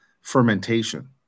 fermentation